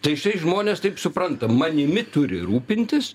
tai štai žmonės taip supranta manimi turi rūpintis